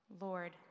Lord